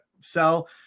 sell